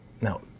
Now